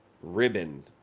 ribbon